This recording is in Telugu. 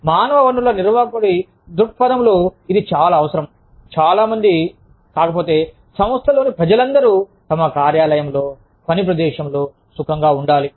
మరియు మానవ వనరుల నిర్వాహకుడి దృక్పథంలో ఇది చాలా అవసరం చాలా మంది కాకపోతే సంస్థలోని ప్రజలందరూ తమ కార్యాలయంలో సుఖంగా ఉండాలి